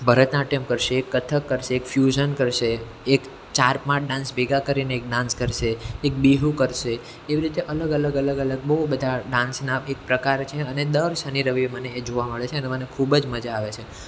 ભરત નાટ્યમ કરશે એક કથક કરશે એક ફ્યુઝન કરશે એક ચાર પાંચ ડાન્સ ભેગા કરીને એક ડાન્સ કરશે એક બિહુ કરશે એવી રીતે અલગ અલગ અલગ અલગ બહુ બધા ડાન્સના એક પ્રકાર છે અને દર શનિ રવીએ એ મને જોવા મળે છે અને મને ખૂબ જ મજા આવે છે